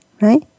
right